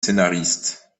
scénariste